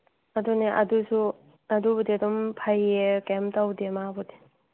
ꯑꯗꯨꯅꯦ ꯑꯗꯨꯁꯨ ꯑꯗꯨꯕꯨꯗꯤ ꯑꯗꯨꯝ ꯐꯩꯌꯦ ꯀꯔꯤꯝꯇ ꯇꯧꯗꯦ ꯃꯥꯕꯨꯗꯤ